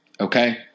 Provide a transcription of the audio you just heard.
Okay